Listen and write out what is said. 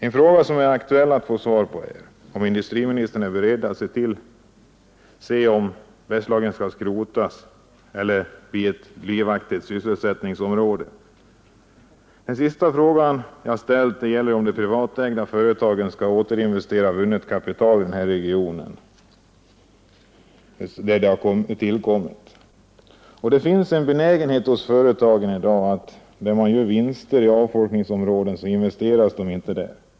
En fråga som det är angeläget att få svar på är om industriministern är beredd att se till att Bergslagen inte skrotas ned utan regionen i stället kan bli ett livaktigt sysselsättningsområde. Den sista frågan som jag ställt gäller om de privatägda företagen skall återinvestera vunnet kapital i den region där det har tillkommit. Det finns i dag en benägenhet hos företag som gör vinster i avfolkningsområden att inte investera dessa vinster där.